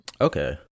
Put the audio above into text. Okay